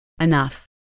enough